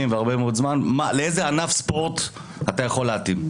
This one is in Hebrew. והרבה מאוד זמן - לאיזה ענף ספורט אתה יכול להתאים.